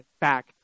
back